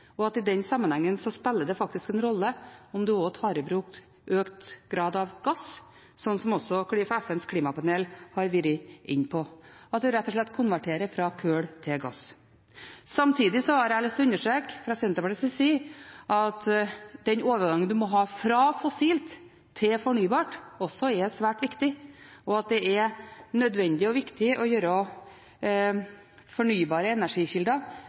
I den sammenhengen spiller det faktisk en rolle om en også i økt grad tar i bruk gass, som også FNs klimapanel har vært inne på – at en rett og slett konverterer fra kull til gass. Samtidig har jeg fra Senterpartiets side lyst til å understreke at den overgangen en må ha fra fossilt til fornybart, også er svært viktig, og at det er nødvendig og viktig å gjøre fornybare energikilder